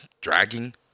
dragging